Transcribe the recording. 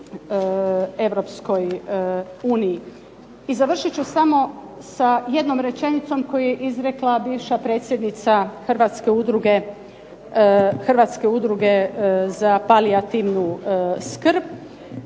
I završit ću samo sa jednom rečenicom koju je izrekla bivša predsjednica Hrvatske udruge za palijativnu skrb